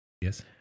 Yes